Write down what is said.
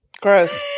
gross